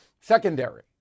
secondary